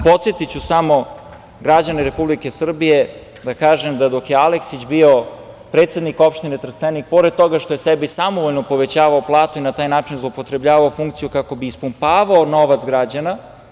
Podsetiću samo građane Republike Srbije da kažem dok je Aleksić bio predsednik opštine Trstenik, pored toga što je sebi samovoljno povećavao platu i na taj način zloupotrebljavao funkciju kako bi ispumpavao novac građana.